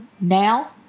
now